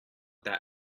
that